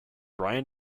brian